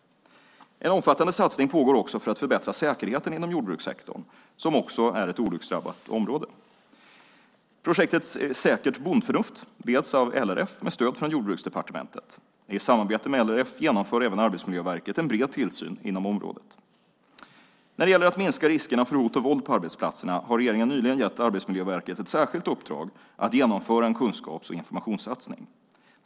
En omfattande satsning pågår också för att förbättra säkerheten inom jordbrukssektorn, som också är ett olycksdrabbat område. Projektet Säkert Bondförnuft leds av LRF med stöd från Jordbruksdepartementet. I samarbete med LRF genomför även Arbetsmiljöverket en bred tillsyn inom området. När det gäller att minska riskerna för hot och våld på arbetsplatserna har regeringen nyligen gett Arbetsmiljöverket ett särskilt uppdrag att genomföra en kunskaps och informationssatsning.